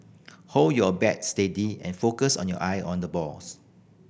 hold your bat steady and focus on your eye on the balls